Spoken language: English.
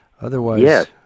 Otherwise